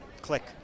click